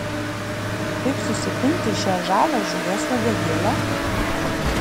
kaip susipinti šią žavią žuvies uodegėlę